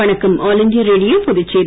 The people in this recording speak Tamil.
வணக்கம் ஆல் இண்டியா ரேடியோபுதுச்சேரி